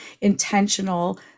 intentional